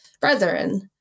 brethren